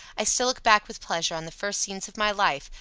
i still look back with pleasure on the first scenes of my life,